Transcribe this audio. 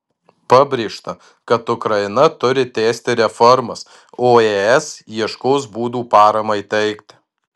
pabrėžta kad ukraina turi tęsti reformas o es ieškos būdų paramai teikti